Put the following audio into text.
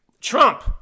Trump